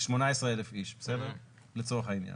18,000 איש למטר לצורך העניין,